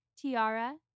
Tiara